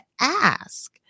ask